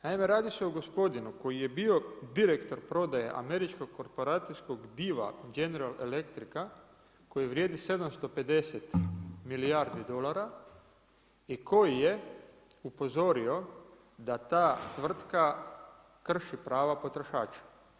Naime radi se o gospodinu koji je bio direktor prodaje američkog korporacijskog diva General Electrica koji vrijedi 750 milijardi dolara i koji je upozorio da ta tvrtka krši prava potrošača.